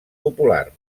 popular